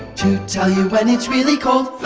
to tell you when it's really cold.